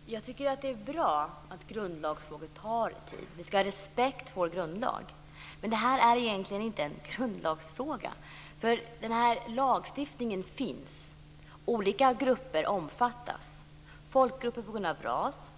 Fru talman! Jag tycker att det är bra att grundlagsfrågor tar tid. Vi skall ha respekt för vår grundlag. Men detta är egentligen inte en grundlagsfråga. Denna lagstiftning finns nämligen, och olika grupper omfattas. Folkgrupper på grund av ras,